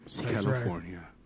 California